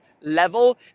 level